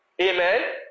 amen